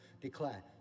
declare